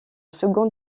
seconde